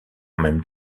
même